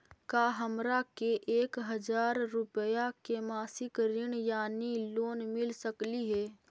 का हमरा के एक हजार रुपया के मासिक ऋण यानी लोन मिल सकली हे?